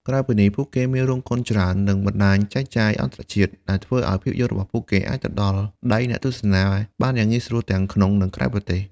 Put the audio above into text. ក្រៅពីនេះ ពួកគេមានរោងកុនច្រើន និងបណ្តាញចែកចាយអន្តរជាតិ ដែលធ្វើឲ្យភាពយន្តរបស់ពួកគេអាចទៅដល់ដៃអ្នកទស្សនាបានយ៉ាងងាយស្រួលទាំងក្នុង និងក្រៅប្រទេស។